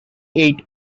eight